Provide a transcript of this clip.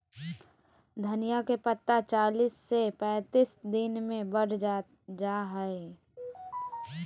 धनिया के पत्ता चालीस से पैंतालीस दिन मे बढ़ जा हय